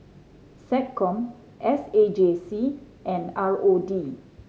SecCom S A J C and R O D